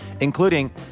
including